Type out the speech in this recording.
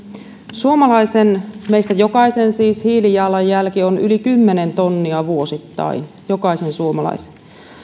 suomalaisen meistä jokaisen siis hiilijalanjälki on yli kymmenen tonnia vuosittain jokaisen suomalaisen